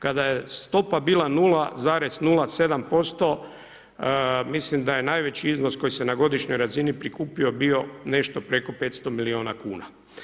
Kada je stopa bila 0,07% mislim da je najveći iznos koji se na godišnjoj razni prikupio bio nešto preko 500 milijuna kuna.